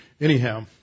Anyhow